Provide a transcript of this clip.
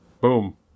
boom